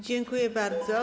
Dziękuję bardzo.